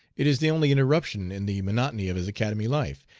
it is the only interruption in the monotony of his academy life,